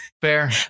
Fair